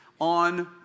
on